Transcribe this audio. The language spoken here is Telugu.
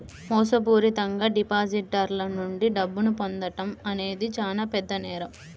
మోసపూరితంగా డిపాజిటర్ల నుండి డబ్బును పొందడం అనేది చానా పెద్ద నేరం